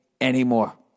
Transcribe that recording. anymore